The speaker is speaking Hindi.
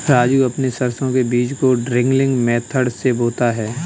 राजू अपने सरसों के बीज को ड्रिलिंग मेथड से बोता है